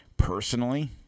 Personally